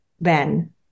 Ben